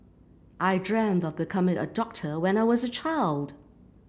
I dreamt of becoming a doctor when I was a child